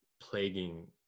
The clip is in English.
plaguing